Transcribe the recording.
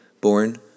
born